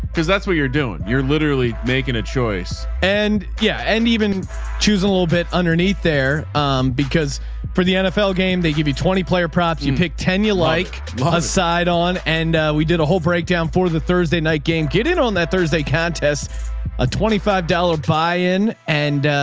cause that's what you're doing. you're literally making a choice and yeah, and even choosing a little bit underneath there because for the nfl game, they give you twenty player props. you pick ten, you like plus side on. and we did a whole breakdown for the thursday night game. get in on that. thursday can test a twenty five dollars buy in and